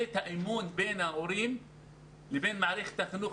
את האמון בין ההורים לבין מערכת החינוך.